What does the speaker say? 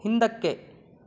ಹಿಂದಕ್ಕೆ